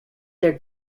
their